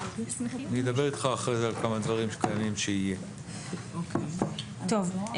אנחנו בעמוד 9. בבקשה.